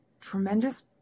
tremendous